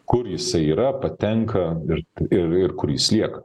kur jisai yra patenka ir ir ir kur jis lieka